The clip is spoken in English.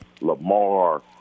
lamar